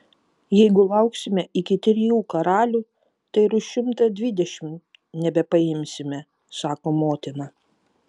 jeigu lauksime iki trijų karalių tai ir už šimtą dvidešimt nebepaimsime sako motina